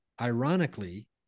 ironically